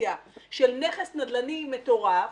פיקציה של נכס נדל"ני מטורף,